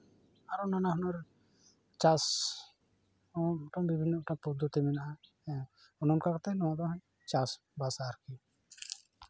ᱟᱨᱚ ᱱᱟᱱᱟ ᱦᱩᱲᱟᱹᱨ ᱪᱟᱥ ᱦᱚᱸ ᱢᱤᱫᱴᱟᱢᱩᱴᱤ ᱯᱚᱫᱷᱚᱛᱤ ᱢᱤᱫᱴᱟᱝ ᱢᱮᱱᱟᱜᱼᱟ ᱦᱮᱸ ᱚᱱᱮ ᱚᱱᱠᱟ ᱠᱟᱛᱮ ᱱᱚᱣᱟ ᱫᱚ ᱦᱟᱸᱜ ᱤᱧ ᱪᱟᱥᱵᱟᱥᱟ ᱟᱨᱠᱤ